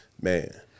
man